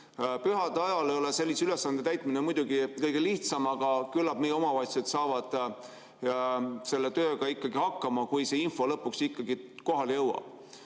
Pühade ajal ei ole sellise ülesande täitmine muidugi kõige lihtsam, aga küllap meie omavalitsused saavad selle tööga hakkama, kui see info lõpuks ikkagi kohale jõuab.